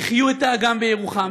החיו את האגם בירוחם,